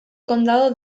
condado